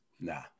nah